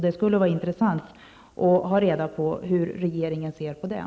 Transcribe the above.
Det skulle vara intressant att få veta hur regeringen ser på det.